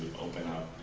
open up